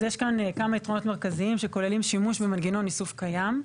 אז יש כאן כמה יתרונות מרכזיים שכוללים שימוש במנגנון איסוף קיים,